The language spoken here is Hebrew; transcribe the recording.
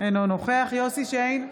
אינו נוכח יוסף שיין,